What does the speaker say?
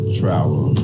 travel